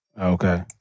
Okay